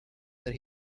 that